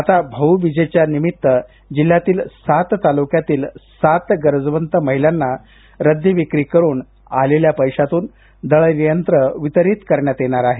आता भाऊबीजेनिमित्त जिल्ह्यातील सात तालुक्यातील सात गरजवंत महिलांना रद्दी विक्री करून आलेल्या रकमेतून दळण यंत्र वितरित करण्यात येणार आहे